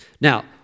Now